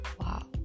wow